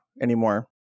anymore